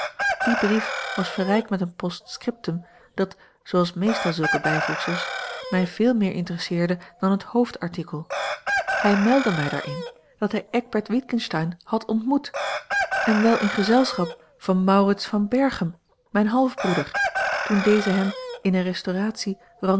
die brief was verrijkt met een postcriptum dat zooals meestal zulke bijvoegsels mij veel meer interesseerde dan het hoofdartikel hij meldde mij daarin dat hij eckbert witgensteyn had ontmoet en wel in gezelschap van maurits van berchem mijn half broeder toen deze hem in eene restauratie